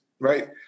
right